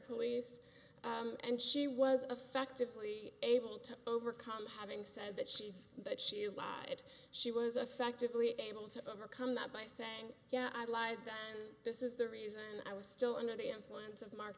police and she was affectively able to overcome having said that she but she lied she was effectively able to overcome that by saying yeah i lied then this is the reason i was still under the influence of mark